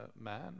man